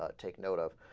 ah take note of